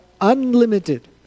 unlimited